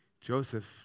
Joseph